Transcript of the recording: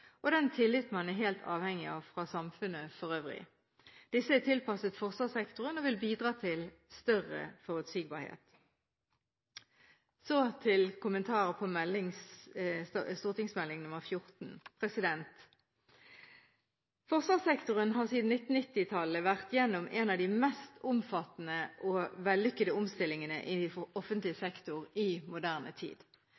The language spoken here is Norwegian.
og den tillit man er helt avhengig av fra samfunnet for øvrig. Disse er tilpasset forsvarssektoren og vil bidra til større forutsigbarhet. Så til kommentarer til Meld. St. 14 for 2012–2013. Forsvarssektoren har siden 1990-tallet vært igjennom en av de mest omfattende og vellykkede omstillingene i offentlig